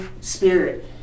spirit